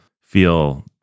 feel